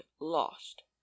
lost